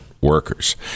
workers